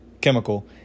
chemical